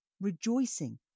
rejoicing